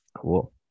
Cool